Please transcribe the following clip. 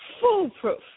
foolproof